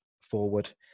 forward